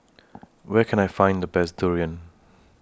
Where Can I Find The Best Durian